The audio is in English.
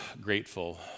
grateful